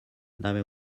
dame